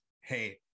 Hey